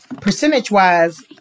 percentage-wise